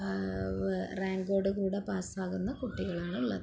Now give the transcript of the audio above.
റാങ്കോടെകൂടെ പാസ്സാകുന്ന കുട്ടികളാണുള്ളത്